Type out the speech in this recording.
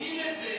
בודקים את זה,